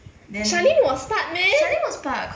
charlene was part meh